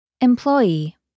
Employee